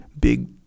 big